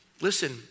listen